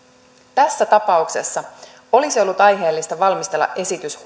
tässä tapauksessa olisi ollut aiheellista valmistella esitys